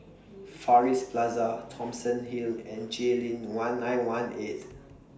Far East Plaza Thomson Hill and Jayleen one nine one eight